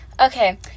Okay